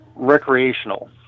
recreational